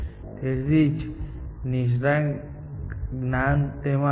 તેથી જ નિષ્ણાત જ્ઞાન તેમાં આવ્યું